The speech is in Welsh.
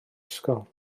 ysgol